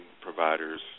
providers